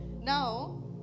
Now